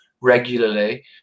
regularly